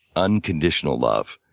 unconditional love,